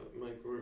Mike